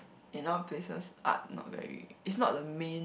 in a lot places art not very it's not the main